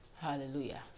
Hallelujah